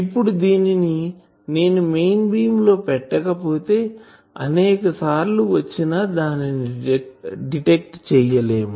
ఇప్పుడు దీనిని నేను మెయిన్ బీమ్ లో పెట్టక పొతే అనేకసార్లు వచ్చిన దానిని డిటెక్ట్ చేయలేము